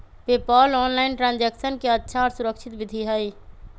PayPal online transaction के अच्छा और सुरक्षित विधि हई